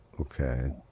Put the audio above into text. Okay